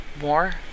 more